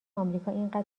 امریکااینقدر